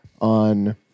on